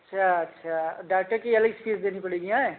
अच्छा अच्छा डॉक्टर की अलग से फीस देनी पड़ेगी आयँ